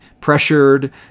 pressured